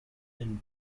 and